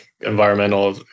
environmental